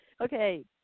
Okay